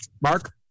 mark